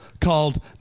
called